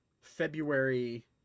february